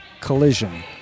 collision